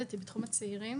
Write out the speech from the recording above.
עבדתי בתחום הצעירים.